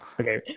Okay